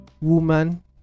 Woman